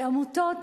ועמותות,